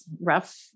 rough